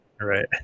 Right